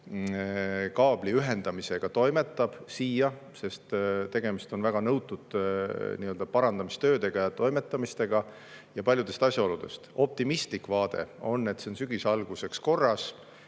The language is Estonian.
kaabli ühendamisega toimetab, siia – tegemist on väga nõutud parandamistöödega –, ja paljudest muudest asjaoludest. Optimistlik vaade on, et see on sügise alguseks korras.